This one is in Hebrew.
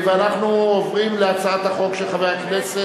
אנחנו עוברים להצעת חוק שירות המילואים